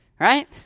Right